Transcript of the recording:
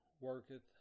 worketh